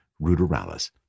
ruderalis